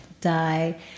die